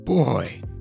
Boy